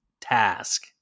task